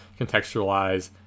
contextualize